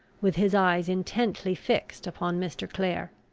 with his eyes intently fixed upon mr. clare.